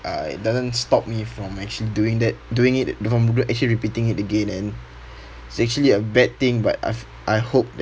uh it doesn't stop me from actually doing that doing it the whole grade actually repeating it again and it's actually a bad thing but I've I hope that